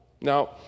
Now